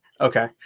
okay